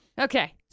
Okay